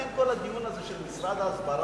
לכן כל הדיון הזה של משרד ההסברה,